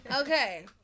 Okay